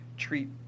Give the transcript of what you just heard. treat